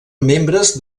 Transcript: membres